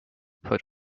put